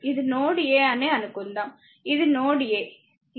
ఇది node a అని అనుకుందాం ఇది నోడ్ a